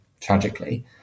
tragically